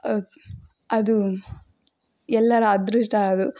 ಅದು ಎಲ್ಲರ ಅದೃಷ್ಟ ಅದು